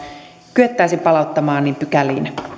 kyettäisiin palauttamaan niihin pykäliin